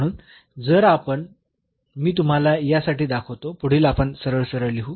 म्हणून जर आपण मी तुम्हाला या साठी दाखवतो पुढील आपण सरळसरळ लिहू